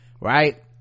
right